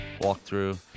walkthrough